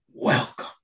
Welcome